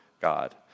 God